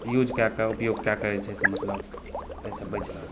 use कए कऽ उपयोग कए कऽ जे छै से मतलब एहिसँ बचि रहल छै